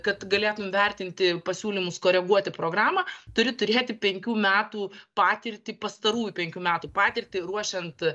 kad galėtum vertinti pasiūlymus koreguoti programą turi turėti penkių metų patirtį pastarųjų penkių metų patirtį ruošiant